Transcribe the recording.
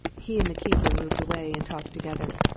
he and the keeper moved away and talked together.